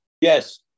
Yes